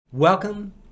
Welcome